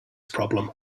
problem